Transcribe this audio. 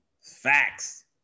Facts